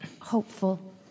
hopeful